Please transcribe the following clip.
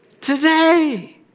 today